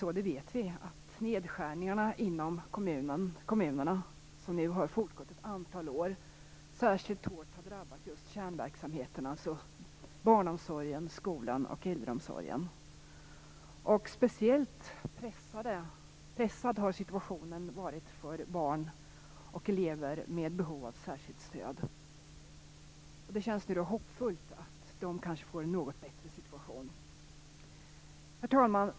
Vi vet att de nedskärningar inom kommunerna som nu har fortgått ett antal år särskilt hårt har drabbat just kärnverksamheten, alltså barnomsorgen, skolan och äldreomsorgen. Speciellt pressad har situationen varit för barn och elever med behov av särskilt stöd. Därför känns det hoppfullt att de kanske får en något bättre situation. Herr talman!